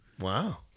Wow